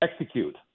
execute